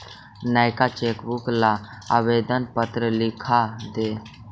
नएका चेकबुक ला आवेदन पत्र लिखा द